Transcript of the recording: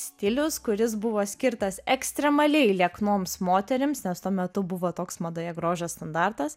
stilius kuris buvo skirtas ekstremaliai lieknoms moterims nes tuo metu buvo toks madoje grožio standartas